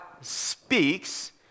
speaks